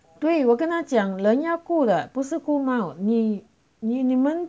对我跟他讲人家顾的不是顾猫你你们